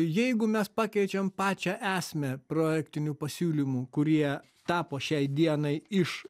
jeigu mes pakeičiam pačią esmę projektinių pasiūlymų kurie tapo šiai dienai iš